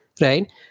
Right